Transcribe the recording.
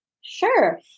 Sure